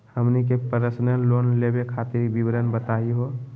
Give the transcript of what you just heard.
हमनी के personal loan लेवे खातीर विवरण बताही हो?